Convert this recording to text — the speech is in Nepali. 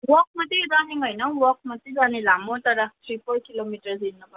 वल्क मात्रै रनिङ होइन हौ वल्क मात्रै जाने लामो तर थ्रि फोर किलोमिटर चाहिँ हिँड्न पर्ने